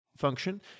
function